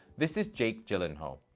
this is jake gyllenhaal.